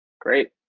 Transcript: Great